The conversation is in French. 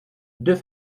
deux